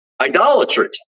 Idolatry